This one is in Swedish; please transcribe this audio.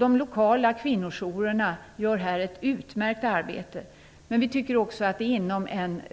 De lokala kvinnojourerna gör här ett utmärkt arbete. Men vi tycker också att det inom